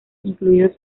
incluidos